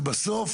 שוב,